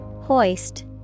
Hoist